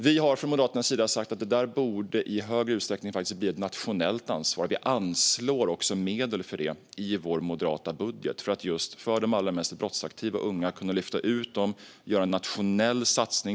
Vi har från Moderaternas sida sagt att det i större utsträckning borde bli ett nationellt ansvar. Vi anslår medel i vår moderata budget till en nationell satsning för att kunna lyfta ut de mest brottsaktiva unga.